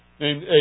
named